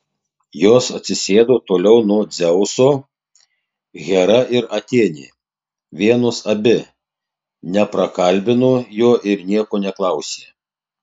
jos atsisėdo toliau nuo dzeuso hera ir atėnė vienos abi neprakalbino jo ir nieko neklausė